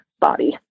body